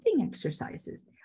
exercises